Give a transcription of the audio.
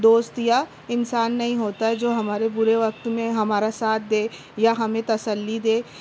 دوست یا انسان نہیں ہوتا ہے جو ہمارے برے وقت میں ہمارا ساتھ دے یا ہمیں تسلی دے